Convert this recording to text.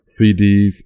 CDs